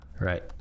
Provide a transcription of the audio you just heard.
Right